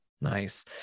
Nice